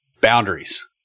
boundaries